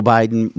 Biden